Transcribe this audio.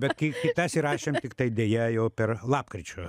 bet kai mes įrašėm tiktai deja jau per lapkričio